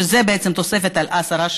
שזה בעצם תוספת על עשרה שקלים,